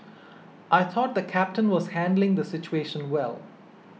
I thought the captain was handling the situation well